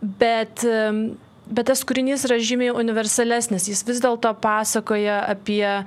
bet bet tas kūrinys yra žymiai universalesnis jis vis dėlto pasakoja apie